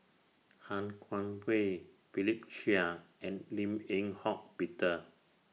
Han Guangwei Philip Chia and Lim Eng Hock Peter